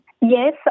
Yes